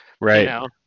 Right